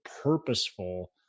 purposeful